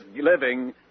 living